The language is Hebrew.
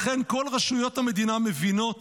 לכן, כל רשויות המדינה מבינות